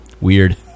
Weird